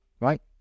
right